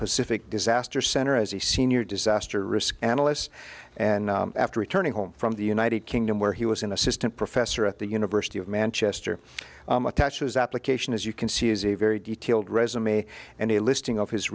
pacific disaster center as the senior disaster risk analysts and after returning home from the united kingdom where he was an assistant professor at the university of manchester attaches application as you can see is a very detailed resume and a listing of his